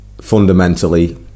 fundamentally